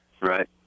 Right